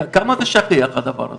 כמה זה שכיח הדבר הזה?